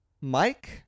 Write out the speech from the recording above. Mike